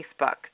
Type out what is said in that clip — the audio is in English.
Facebook